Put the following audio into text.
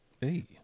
Hey